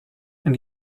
and